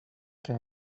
que